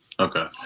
Okay